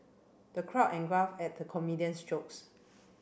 the crowd at the comedian's jokes